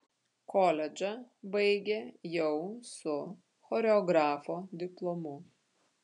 koledžą baigė jau su choreografo diplomu